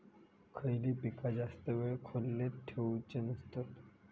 खयली पीका जास्त वेळ खोल्येत ठेवूचे नसतत?